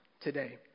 today